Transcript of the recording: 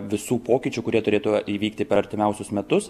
visų pokyčių kurie turėtų įvykti per artimiausius metus